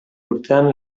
urtean